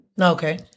Okay